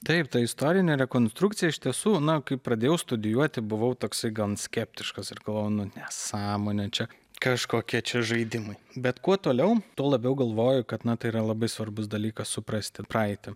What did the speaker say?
taip ta istorinė rekonstrukcija iš tiesų na kai pradėjau studijuoti buvau toks gan skeptiškas ir galvojau nu nesąmonė čia kažkokie čia žaidimai bet kuo toliau tuo labiau galvoju kad na tai yra labai svarbus dalykas suprasti praeitį